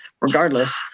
regardless